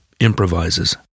improvises